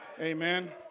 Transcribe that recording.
Amen